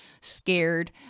scared